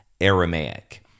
Aramaic